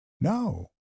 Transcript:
No